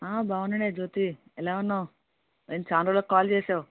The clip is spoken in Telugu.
బాగున్నానే జ్యోతి ఎలా ఉన్నావు ఏం చాలా రోజులకు కాల్ చేసావు